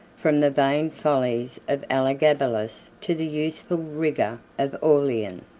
from the vain follies of elagabalus to the useful rigor of aurelian,